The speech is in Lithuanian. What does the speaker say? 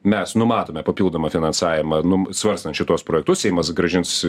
mes numatome papildomą finansavimą num svarstant šituos projektus seimas grąžins